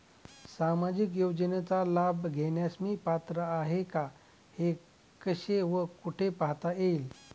सामाजिक योजनेचा लाभ घेण्यास मी पात्र आहे का हे कसे व कुठे पाहता येईल?